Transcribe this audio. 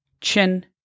chin